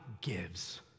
gives